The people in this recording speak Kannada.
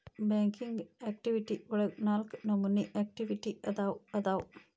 ಬ್ಯಾಂಕಿಂಗ್ ಆಕ್ಟಿವಿಟಿ ಒಳಗ ನಾಲ್ಕ ನಮೋನಿ ಆಕ್ಟಿವಿಟಿ ಅದಾವು ಅದಾವು